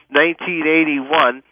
1981